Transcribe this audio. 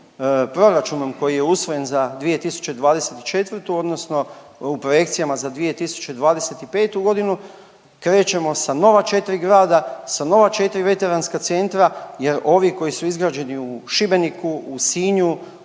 proračunom koji je usvojen za 2024. odnosno u projekcijama za 2025.g. krećemo sa nova 4 grada, sa nova 4 nova veteranska centra jer ovi koji su izgrađeni u Šibeniku, u Sinju,